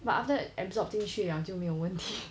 but after that absorbed 进去 liao 就没有问题